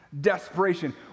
desperation